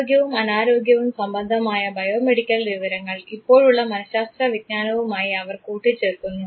ആരോഗ്യവും അനാരോഗ്യവും സംബന്ധമായ ബയോമെഡിക്കൽ വിവരങ്ങൾ ഇപ്പോഴുള്ള മനശാസ്ത്ര വിജ്ഞാനവുമായി അവർ കൂട്ടിച്ചേർക്കുന്നു